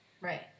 Right